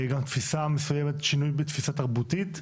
גם תפיסה מסוימת, שינוי בתפיסה תרבותית.